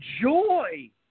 joy